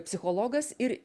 psichologas ir